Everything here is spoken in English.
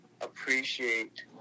appreciate